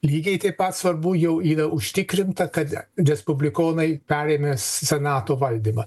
lygiai taip pat svarbu jau yra užtikrinta kad respublikonai perėmęs senato valdymą